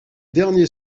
derniers